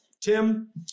Tim